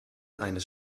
eines